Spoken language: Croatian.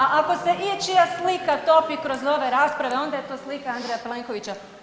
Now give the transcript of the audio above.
A ako se ičija slika topi kroz ove rasprave onda je to slika Andreja Plenkovića.